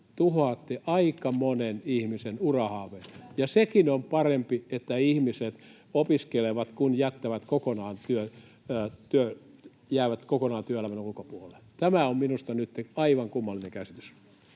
tuhoatte aika monen ihmisen urahaaveet. Ja sekin on parempi, että ihmiset opiskelevat kuin että jäävät kokonaan työelämän ulkopuolelle. Tämä on minusta nytten aivan kummallinen käsitys.